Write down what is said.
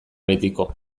betiko